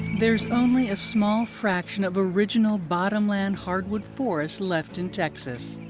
there's only a small fraction of original bottomland hardwood forest left in texas,